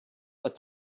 but